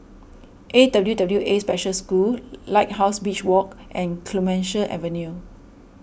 A W W A Special School Lighthouse Beach Walk and Clemenceau Avenue